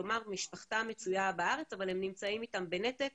כלומר משפחתם מצויה בארץ אבל הם נמצאים איתם בנתק